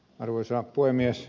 arvoisa puhemies